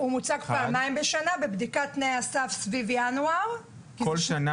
הוא מוצג פעמיים בשנה: בבדיקת תנאי הסף בינואר ובסוף